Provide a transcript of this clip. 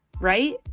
right